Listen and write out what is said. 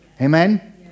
Amen